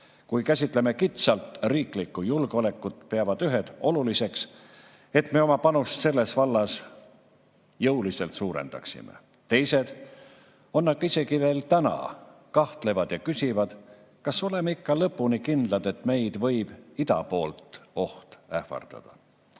Kui käsitleme kitsalt riiklikku julgeolekut, peavad ühed oluliseks, et me oma panust selles vallas jõuliselt suurendaksime, teised on aga isegi veel täna kahtlevad ja küsivad, kas oleme ikka lõpuni kindlad, et meid võib ida poolt oht ähvardada.